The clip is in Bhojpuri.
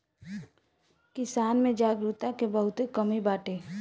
किसान में जागरूकता के बहुते कमी बाटे